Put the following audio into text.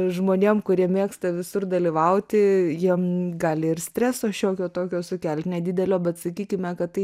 žmonėm kurie mėgsta visur dalyvauti jiem gali ir streso šiokio tokio sukelt nedidelio bet sakykime kad tai